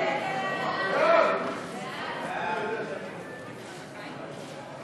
הודעת הממשלה על שינוי